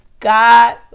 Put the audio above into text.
God